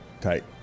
tight